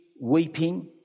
weeping